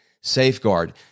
safeguard